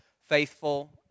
faithful